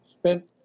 spent